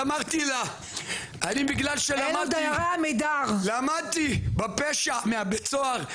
ואמרתי לה אני בגלל שלמדתי בפשע מהבית סוהר,